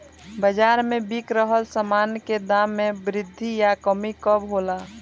बाज़ार में बिक रहल सामान के दाम में वृद्धि या कमी कब होला?